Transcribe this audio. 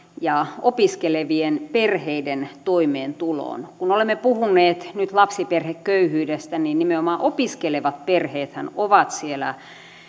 ja opiskelevien perheiden toimeentuloon kun olemme puhuneet nyt lapsiperheköyhyydestä niin nimenomaan opiskelevat perheethän ovat siellä